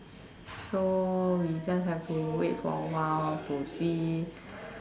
so we just have to wait for a while to see